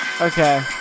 Okay